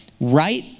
right